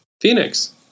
Phoenix